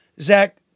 Zach